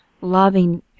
loving